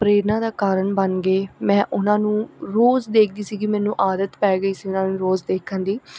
ਪ੍ਰੇਰਨਾ ਦਾ ਕਾਰਨ ਬਣ ਗਏ ਮੈਂ ਉਹਨਾਂ ਨੂੰ ਰੋਜ਼ ਦੇਖਦੀ ਸੀਗੀ ਮੈਨੂੰ ਆਦਤ ਪੈ ਗਈ ਸੀ ਉਹਨਾਂ ਨੂੰ ਰੋਜ਼ ਦੇਖਣ ਦੀ